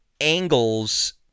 angles